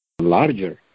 larger